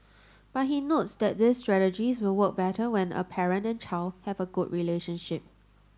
but he notes that these strategies will work better when a parent and child have a good relationship